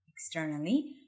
Externally